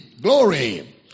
Glory